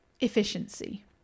Efficiency